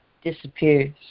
disappears